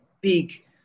big